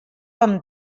amb